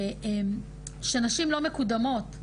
כשנשים לא מקודמות,